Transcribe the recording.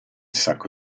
sacco